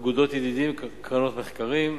אגודות ידידים וקרנות מחקרים.